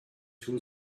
two